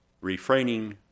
refraining